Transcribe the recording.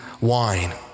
wine